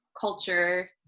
culture